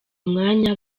umwanya